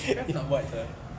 nak buat sia